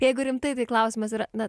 jeigu rimtai tai klausimas yra na